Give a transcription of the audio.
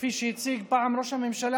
כפי שהציג פעם ראש הממשלה,